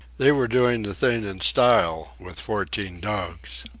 they were doing the thing in style, with fourteen dogs.